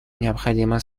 необходимо